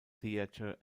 theater